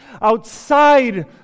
outside